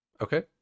Okay